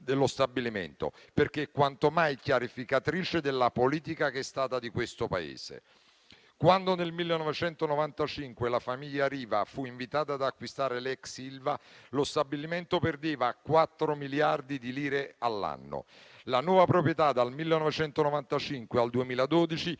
dello stabilimento, perché quanto mai chiarificatrice della politica che è stata di questo Paese. Quando, nel 1995, la famiglia Riva fu invitata ad acquistare l'ex Ilva, lo stabilimento perdeva quattro miliardi di lire all'anno. La nuova proprietà, dal 1995 al 2012,